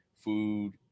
food